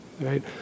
right